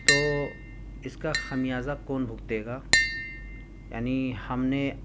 تو اس کا خمیازہ کون بھگتے گا یعنی ہم نے